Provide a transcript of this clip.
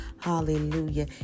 Hallelujah